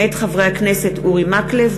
מאת חברי הכנסת אורי מקלב,